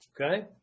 okay